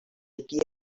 aquí